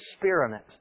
experiment